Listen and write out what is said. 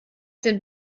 den